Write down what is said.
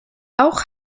auch